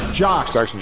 jocks